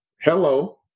Hello